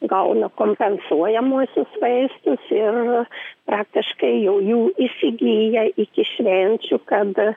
gauna kompensuojamuosius vaistus ir praktiškai jau jų įsigyja iki švenčių kad